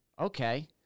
okay